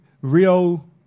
Rio